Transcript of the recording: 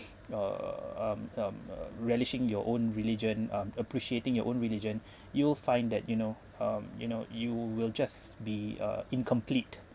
uh uh um um uh relishing your own religion um appreciating your own religion you'll find that you know um you know you will just be uh incomplete